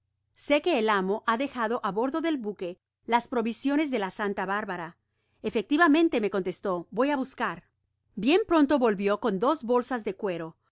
sé que el amo ha dejado á bordo del buque las provisiones de la santa bárbara efectivamente me contestó voy á buscar content from google book search generated at bien pronto volvio con dos bolsas de cuero la